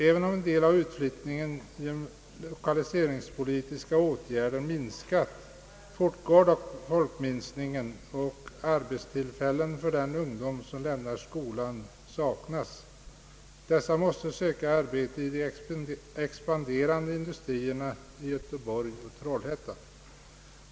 Även om en del av utflyttningen genom lokaliseringspolitiska åtgärder minskat, fortgår folkminskningen, och arbetstillfällen för de ungdomar som lämnar skolan saknas. Dessa måste söka arbete i de expanderande industrierna i Göteborg och Trollhättan.